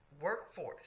workforce